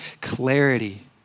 clarity